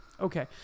okay